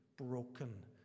broken